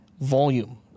volume